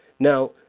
Now